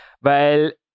weil